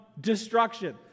destruction